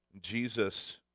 Jesus